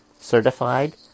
certified